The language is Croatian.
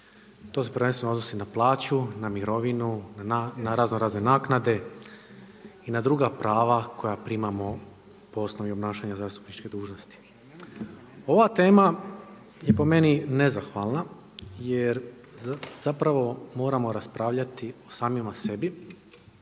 To se prvenstveno odnosi na plaću, na mirovinu, na raznorazne naknade i na druga prava koja primamo po osnovi obnašanja zastupničke dužnosti. Ova tema je po meni nezahvalna jer zapravo moramo raspravljati o samima sebi